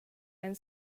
and